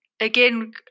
Again